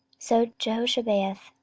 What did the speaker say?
so jehoshabeath,